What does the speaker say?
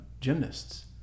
gymnasts